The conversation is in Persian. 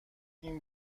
این